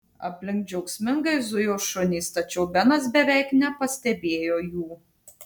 aplink džiaugsmingai zujo šunys tačiau benas beveik nepastebėjo jų